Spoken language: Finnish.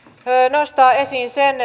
nostaa esiin sen